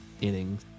innings